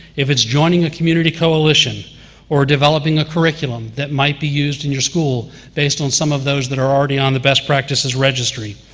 if it's joining a community coalition or developing a curriculum that might be used in your school based on some of those that are already on the best practices registry,